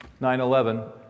9-11